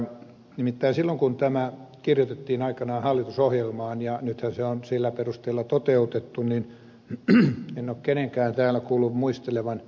nimittäin niitä aikoja kun tämä kirjoitettiin aikanaan hallitusohjelmaan ja nythän se on sillä perusteella toteutettu en ole kenenkään täällä kuullut muistelevan